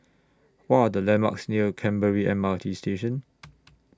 What Are The landmarks near Canberra M R T Station